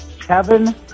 Kevin